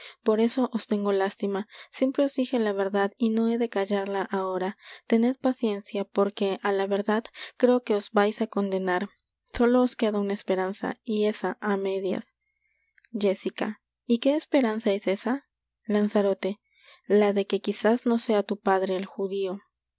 por eso os tengo lástima siempre os dije la verdad y no he de callarla ahora tened paciencia porque á la verdad creo que os vais á condenar sólo os queda una esperanza y esa á medias jéssica y qué esperanza es esa lanzarote la de que quizas no sea tu padre el judío